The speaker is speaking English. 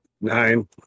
Nine